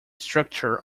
structure